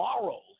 morals